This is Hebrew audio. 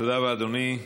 תודה רבה, אדוני.